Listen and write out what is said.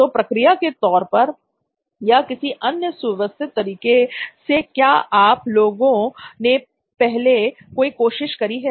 तो प्रक्रिया के तौर पर या किसी अन्य सुव्यवस्थित तरीके से क्या आप लोगों ने पहले कोई कोशिश करी है